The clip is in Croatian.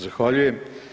Zahvaljujem.